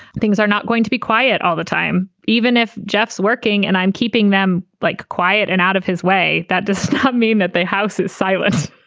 things are not going to be quiet all the time, even if jeff's working and i'm keeping them like quiet and out of his way. that does not mean that the house is silas,